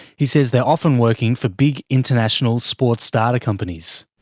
he says they're often working for big international sports data companies.